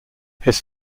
his